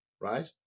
right